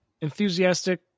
enthusiastic